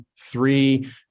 three